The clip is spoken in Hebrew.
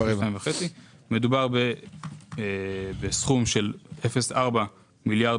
ולא 2.5. מדובר בסכום של 0.45 מיליארד